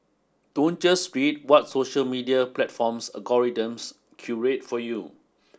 don't just read what social media platform's algorithms curate for you